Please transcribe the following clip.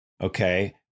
Okay